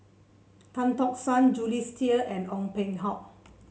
Tan Tock San Jules Itier and Ong Peng Hock